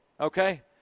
okay